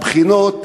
הבחינות,